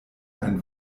ein